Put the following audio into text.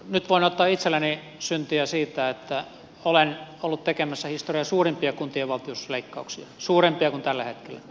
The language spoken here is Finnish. nyt voin ottaa itselleni syntiä siitä että olen ollut tekemässä historian suurimpia kuntien valtionosuusleikkauksia suurempia kuin tällä hetkellä